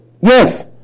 Yes